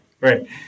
Right